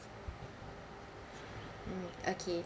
mm okay